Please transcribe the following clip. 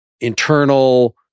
internal